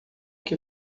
que